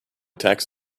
tax